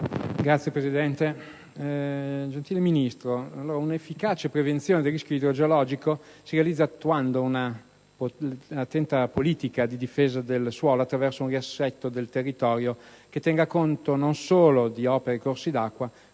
MURA *(LNP)*. Signor Ministro, un'efficace prevenzione del rischio idrogeologico si realizza attuando un'attenta politica di difesa del suolo, attraverso un riassetto del territorio che tenga conto non solo di opere e corsi d'acqua,